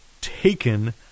taken